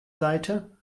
seite